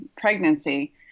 pregnancy